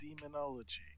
Demonology